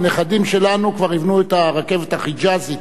הנכדים שלנו כבר יבנו את הרכבת החיג'אזית,